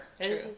True